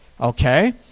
okay